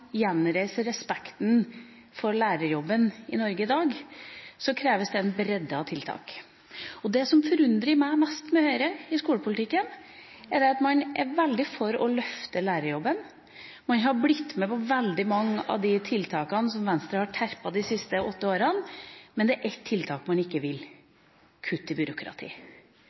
gjenreise respekten for lærerjobben i Norge i dag, kreves det en bredde av tiltak. Og det som forundrer meg mest med Høyre i skolepolitikken, er at man er veldig for å løfte lærerjobben, og man har blitt med på veldig mange av de tiltakene som Venstre har terpet på de siste åtte årene, men det er ett tiltak man ikke vil gå inn for: kutt i